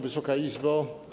Wysoka Izbo!